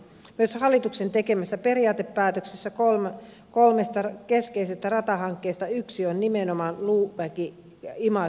myös hallituksen tekemässä periaatepäätöksessä kolmesta keskeisestä ratahankkeesta yksi on nimenomaan luumäkiimatra kaksoisraide